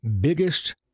biggest